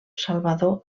salvador